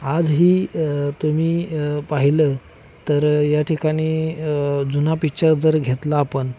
आजही तुम्ही पाहिलं तर या ठिकाणी जुना पिच्चर जर घेतला आपण